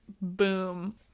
boom